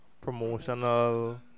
Promotional